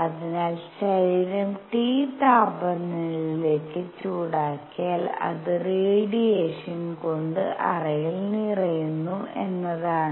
അതിനാൽ ശരീരം T താപനിലയിലേക്ക് ചൂടാക്കിയാൽ അത് റേഡിയേഷൻ കൊണ്ട് അറയിൽ നിറയുന്നു എന്നതാണ്